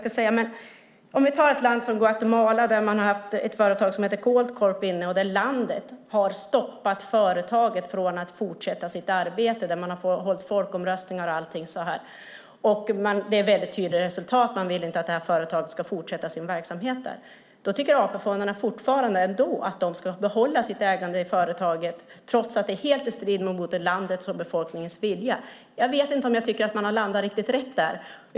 Vi kan ta ett land som Guatemala. Där har man haft ett företag som heter Goldcorp. Landet har stoppat företaget från att fortsätta sitt arbete. Man har hållit folkomröstningar och allting. Det är ett väldigt tydlig resultat. Man vill inte att det här företaget ska fortsätta sin verksamhet där. Då tycker AP-fonderna fortfarande att de ska behålla sitt ägande i företaget, trots att det är helt i strid med landets och befolkningens vilja. Jag vet inte om jag tycker att man har landat riktigt rätt där.